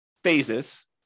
phases